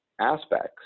aspects